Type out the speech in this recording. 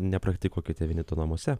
nepraktikuokite vieni to namuose